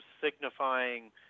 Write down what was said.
signifying